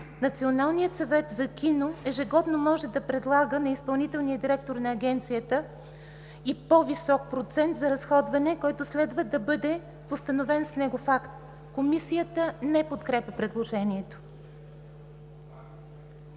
„Националният съвет за кино ежегодно може да предлага на изпълнителния директор на агенцията и по-висок процент за разходване, който следва да бъде постановен с негов акт”. Комисията не подкрепя предложението.